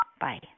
Bye